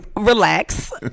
relax